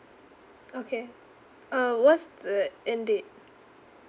okay uh what's the end date